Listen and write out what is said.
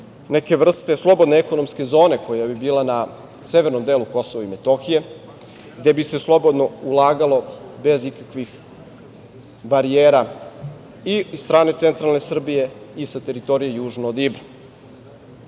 neke vrste slobodne ekonomske zone koja bi bila na severnom delu Kosova i Metohije gde bi se slobodno ulagalo bez ikakvih barijera i od strane centralne Srbije i sa teritorije južno od